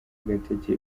agatege